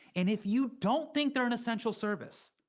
and if you don't think they're an essential service,